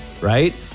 right